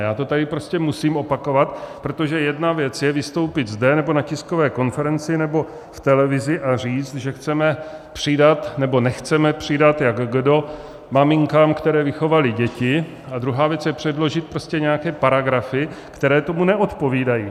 Já to tady prostě musím opakovat, protože jedna věc je vystoupit zde nebo na tiskové konferenci nebo v televizi a říct, že chceme přidat, nebo nechceme přidat, jak kdo, maminkám, které vychovaly děti, a druhá věc je předložit prostě nějaké paragrafy, které tomu neodpovídají.